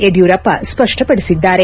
ಯಡಿಯೂರಪ್ಪ ಸ್ಪಷ್ಟಪಡಿಸಿದ್ದಾರೆ